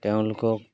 তেওঁলোকক